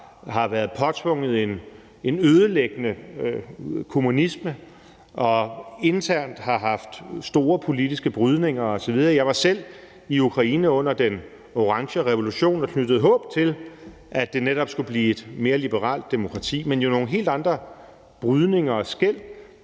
har været påtvunget en ødelæggende kommunisme, og har internt haft store politiske brydninger osv. Jeg var selv i Ukraine under den orange revolution og knyttede håb til, at det netop skulle blive et mere liberalt demokrati. Men det er jo nogle helt andre brydninger og skel